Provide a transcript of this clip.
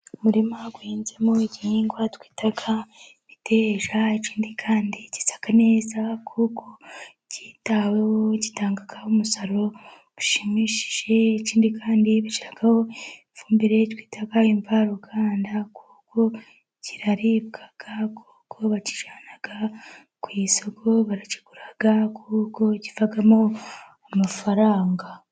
Umurima uhinzemo igihingwa twita imiteja. Ikindi kandi gisa neza kuko cyitaweho , umusaruro ushimishije. Ikindi kandi bashiraho ifumbire twita imvaruganda kuko kiraribwa kuko bakijyana ku isoko barakigura kuko kivamo amafaranga.